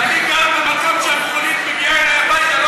אני גר במקום שהמכונית מגיעה אלי הביתה,